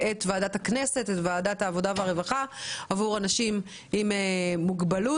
לוועדת העבודה והרווחה עבור אנשים עם מוגבלות.